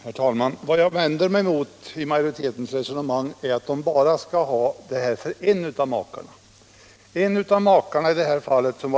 Herr talman! Vad jag vänder mig mot i majoritetens resonemang är att detta skall gälla för bara en av makarna.